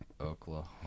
Oklahoma